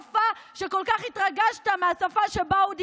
שכל כך התרגשת מהשפה שבה הוא דיבר.